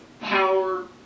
power